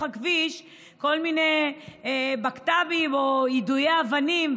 הכביש כל מיני בקת"בים או יידויי אבנים.